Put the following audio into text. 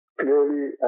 clearly